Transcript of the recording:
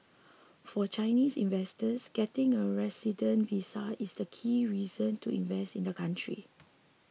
for Chinese investors getting a resident visa is the key reason to invest in the country